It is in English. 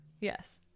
yes